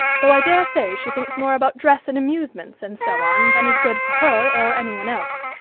though i daresay she thinks more about dress and amusements, and so on, than is good for her or anyone else.